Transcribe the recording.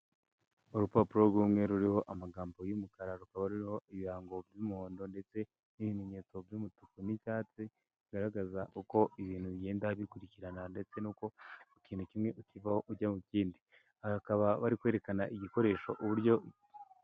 Urupapuro rw'umweru ruriho amagambo y'umukara rukaba ruriho ibirango by'umuhondo ndetse n'ibimenyetso by'umutuku n'icyatsi, bigaragaza uko ibintu bigenda bikurikirana ndetse n'uko ikintu kimwe ukivaho ujya ku kindi. Bakaba bari kwerekana igikoresho uburyo...